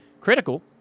critical